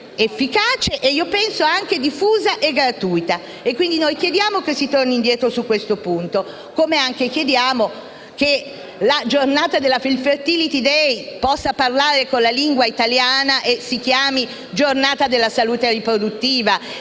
efficace e, penso, anche diffusa e gratuita. Noi chiediamo che si torni indietro su questo punto, come chiediamo che del Fertility day si possa parlare con la lingua italiana e si chiami «Giornata della salute riproduttiva»,